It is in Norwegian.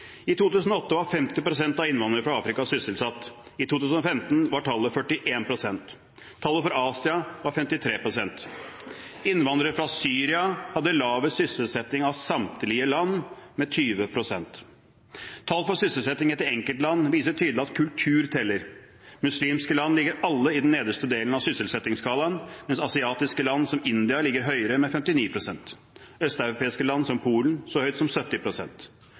I 2008 var 50 pst. av innvandrerne fra Afrika sysselsatt. I 2015 var tallet 41 pst. Tallet for Asia var 53 pst. Innvandrere fra Syria hadde lavest sysselsetting av samtlige land, med 20 pst. Tall for sysselsetting etter enkeltland viser tydelig at kultur teller. Muslimske land ligger alle i den nederste delen av sysselsettingsskalaen, mens asiatiske land som India ligger høyere med 59 pst., østeuropeiske land som Polen så høyt som